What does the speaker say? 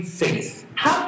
faith